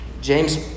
James